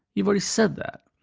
you've already said that.